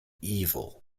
evil